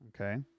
Okay